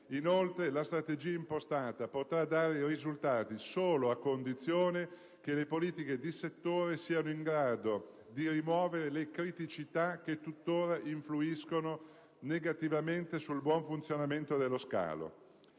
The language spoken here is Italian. Inoltre, la strategia impostata potrà dare risultati solo a condizione che le politiche di settore siano in grado di rimuovere le criticità che tuttora influiscono negativamente sul buon funzionamento dello scalo.